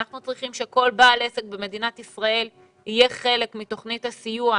אנחנו צריכים שכל בעל עסק במדינת ישראל יהיה חלק מתוכנית הסיוע.